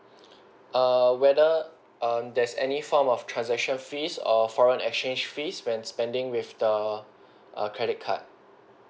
err whether err there's any form of transaction fees or foreign exchange fees when spending with the err credit card